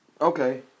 Okay